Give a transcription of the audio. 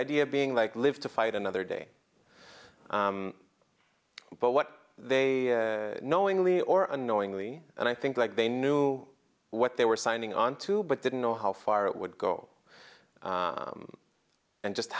idea being like live to fight another day but what they knowingly or unknowingly and i think like they knew what they were signing onto but didn't know how far it would go and just